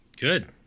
Good